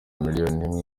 miliyoni